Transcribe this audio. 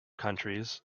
countries